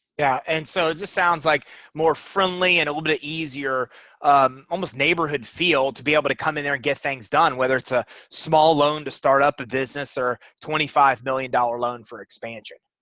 yeah and so it just sounds like more friendly and a little bit easier almost neighborhood feel to be able to come in there and get things done whether it's a small loan to start up a business or twenty-five million dollar loan for expansion.